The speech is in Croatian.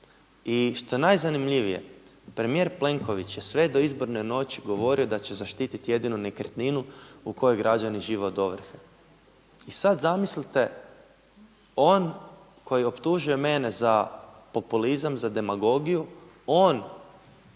i što je najzanimljivije premijer Plenković sve do izborne noći govorio da će zaštititi jedino nekretninu u kojoj građani žive od ovrhe. I sada zamislite on koji optužuje mene za populizam, za demagogiju, on